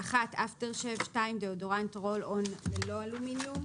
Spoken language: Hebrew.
(1)אפטרשייב, (2)דאודורנט רול־און ללא אלומיניום,